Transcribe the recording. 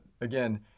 again